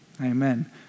amen